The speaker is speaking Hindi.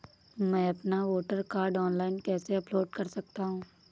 मैं अपना वोटर कार्ड ऑनलाइन कैसे अपलोड कर सकता हूँ?